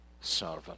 servant